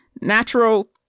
natural